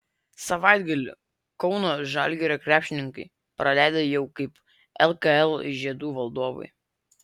savaitgalį kauno žalgirio krepšininkai praleido jau kaip lkl žiedų valdovai